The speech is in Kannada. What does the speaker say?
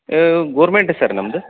ಏ ಗೋರ್ಮೆಂಟ್ ಸರ್ ನಮ್ಮದು